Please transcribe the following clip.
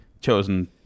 chosen